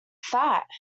fat